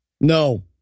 No